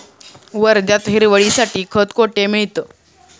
वर्ध्यात हिरवळीसाठी खत कोठे मिळतं?